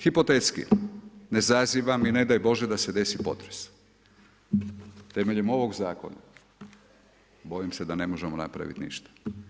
Hipotetski, ne zazivam i ne daj Bože da se desi potres, temeljem ovog zakona, bojim se da ne možemo napraviti ništa.